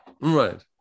Right